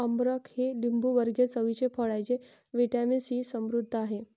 अमरख हे लिंबूवर्गीय चवीचे फळ आहे जे व्हिटॅमिन सीने समृद्ध आहे